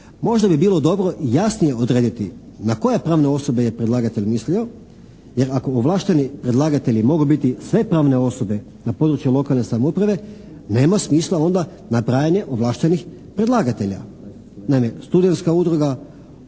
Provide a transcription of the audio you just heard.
Možda bi bilo dobro jasnije odrediti na koje pravne osobe je predlagatelj mislio jer ako ovlašteni predlagatelji mogu biti sve pravne osobe na području lokalne samouprave nema smisla onda nabrajanje ovlaštenih predlagatelja.